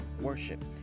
worship